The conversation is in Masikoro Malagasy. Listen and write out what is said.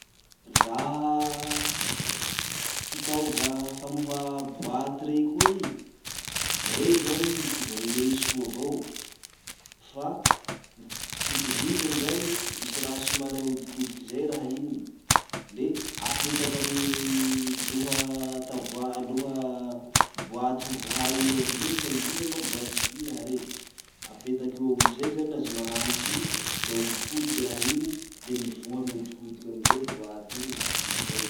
Laha fitaova famohà boaty rey koa i, rey zany mitovy amy meso io avao, fa ny tsy itovizany zany, misy raha somary ahodikodiky zay raha iny, le apetaky amin'ny loha tavoa- loha boaty ho vohà iny eo amizay fa indrindra moa boaty vy raha rey. Apetaky eo amizay zany azy maranitsy iny, le ahodikodiky raha iny, le mivoha mihodikodiky eo amizay boaty iny la i zay.